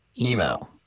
emo